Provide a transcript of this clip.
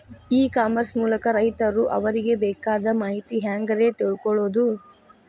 E commerce ಮೂಲಕ ರೈತರು ಅವರಿಗೆ ಬೇಕಾದ ಮಾಹಿತಿ ಹ್ಯಾಂಗ ರೇ ತಿಳ್ಕೊಳೋದು?